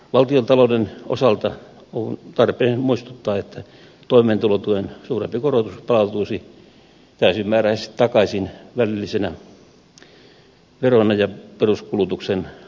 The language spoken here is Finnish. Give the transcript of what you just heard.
valtiontalouden osalta on tarpeen muistuttaa että toimeentulotuen suurempi korotus palautuisi täysimääräisesti takaisin välillisinä veroina ja peruskulutuksen kasvuna